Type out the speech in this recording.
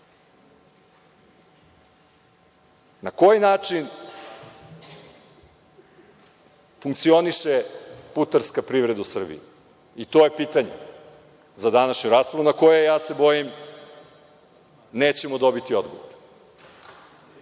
koji način funkcioniše putarska privreda u Srbiji? To je pitanje za današnju raspravu na koje, ja se bojim, nećemo dobiti odgovor,